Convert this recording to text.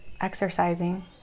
exercising